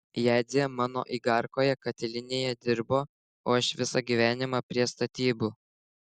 jadzė mano igarkoje katilinėje dirbo o aš visą gyvenimą prie statybų